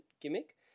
gimmick